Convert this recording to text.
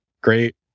great